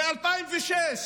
מ-2006